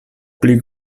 pli